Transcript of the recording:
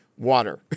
Water